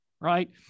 right